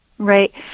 Right